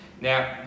Now